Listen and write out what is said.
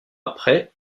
après